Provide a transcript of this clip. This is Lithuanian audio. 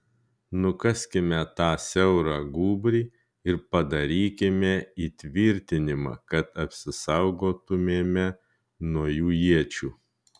nukaskime tą siaurą gūbrį ir padarykime įtvirtinimą kad apsisaugotumėme nuo jų iečių